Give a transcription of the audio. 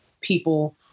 people